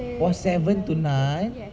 !wah! seven to nine